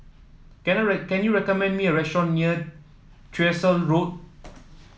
can you can you recommend me a restaurant near Tyersall Road